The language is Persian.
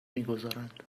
میگذارند